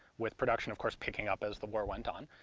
with production of course picking up as the war went on.